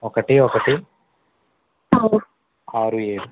ఒకటి ఒకటి ఆరు ఏడు